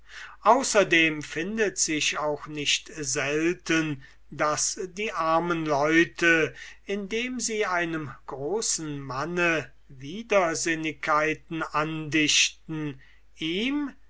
außerdem findet sich auch nicht selten daß die armen leute indem sie einem großen manne widersinnigkeiten andichten ihm